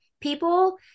People